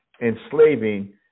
enslaving